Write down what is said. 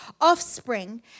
offspring